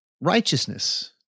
righteousness